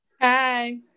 Hi